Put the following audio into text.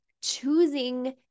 choosing